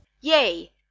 Yea